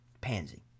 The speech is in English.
Pansy